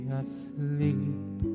asleep